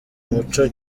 umuco